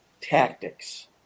tactics